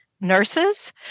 Nurses